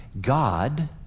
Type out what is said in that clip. God